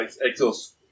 exhaust